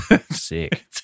Sick